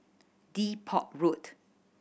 Depot Road